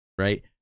right